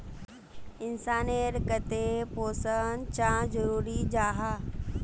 इंसान नेर केते पोषण चाँ जरूरी जाहा?